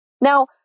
Now